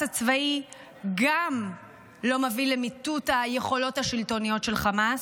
הצבאי גם לא מביא למיטוט היכולות השלטוניות של חמאס,